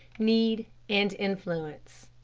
need, and influence.